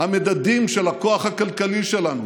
המדדים של הכוח הכלכלי שלנו,